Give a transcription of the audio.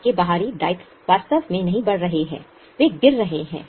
आपके बाहरी दायित्व वास्तव में नहीं बढ़ रहे हैं वे गिर रहे हैं